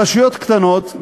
ברשויות קטנות,